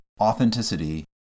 authenticity